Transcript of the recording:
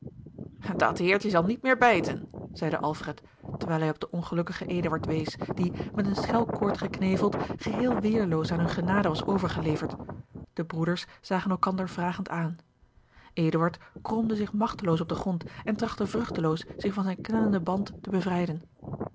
dat heertje zal niet meer bijten zeide alfred terwijl hij op den ongelukkigen eduard wees die met eene schelkoord gekneveld geheel weerloos aan hunne genade was overgeleverd de broeders zagen elkander vragend aan eduard kromde zich magteloos op den grond en trachtte vruchteloos zich van zijn knellenden band te bevrijden